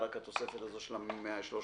רק התוספת הזאת של 100 300